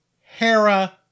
Hera